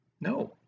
no